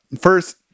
first